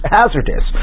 hazardous